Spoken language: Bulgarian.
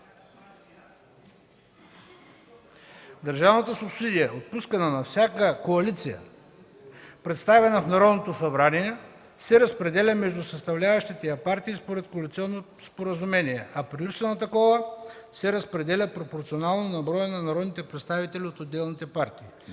Държавната субсидия, отпускана на всяка коалиция, представена в Народното събрание, се разпределя между съставляващите я партии според коалиционно споразумение, а при липса на такова се разпределя пропорционално на броя на народните представители от отделните партии.